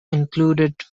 included